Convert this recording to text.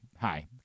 hi